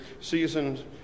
seasoned